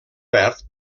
verd